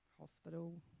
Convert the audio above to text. Hospital